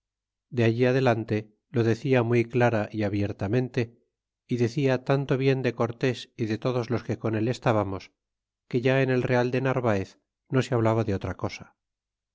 de allí adelante lo decia muy clara y abiertamente y decia tanto bien de cortes y de todos los que con él estábamos que ya en el real de narvaez no se hablaba de otra cosa